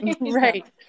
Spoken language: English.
Right